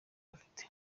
afite